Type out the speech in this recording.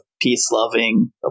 peace-loving